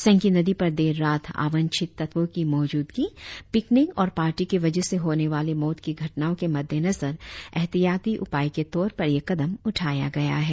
सेंकी नदी पर देर रात अवांछित तत्वों की मौजूदगी पिकनिक और पार्टी के वजह से होने वाली मौत की घटनाओं के मद्देनजर एहतियाती उपाय के तौर पर यह कदम उठाया गया है